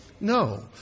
No